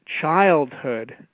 childhood